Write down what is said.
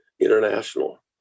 International